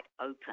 open